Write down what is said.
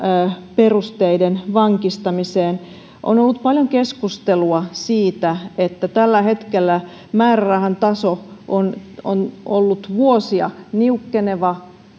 perusteiden vankistamiseen on ollut paljon keskustelua siitä että tällä hetkellä määrärahan taso on on ollut vuosia niukkeneva